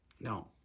No